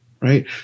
right